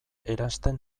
eransten